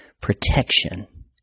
protection